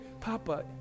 Papa